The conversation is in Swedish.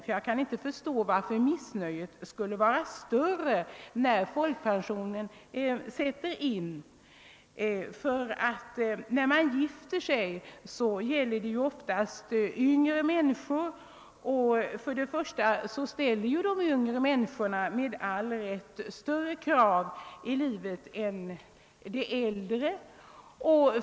Varför skulle missnöjet vara större när folkpensionen sätter in? De, som gifter sig är ju oftast yngre människor, och de ställer med all rätt större krav i livet än de äldre gör.